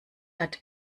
hat